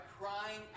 crying